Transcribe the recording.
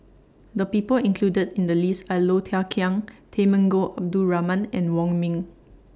The People included in The list Are Low Thia Khiang Temenggong Abdul Rahman and Wong Ming